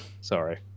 Sorry